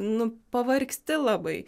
nu pavargsti labai